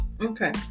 okay